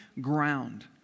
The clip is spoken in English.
ground